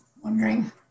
wondering